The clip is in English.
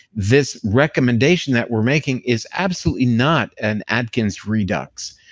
this recommendation that we're making is absolutely not an atkins redux.